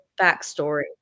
backstory